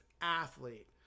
athlete